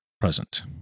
present